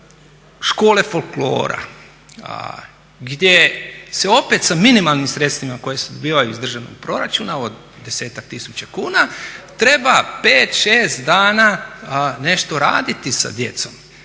škole folklora gdje se opet sa minimalnim sredstvima koja se dobivaju iz državnog proračuna od 10-ak tisuća kuna treba 5, 6 dana nešto raditi sa djecom.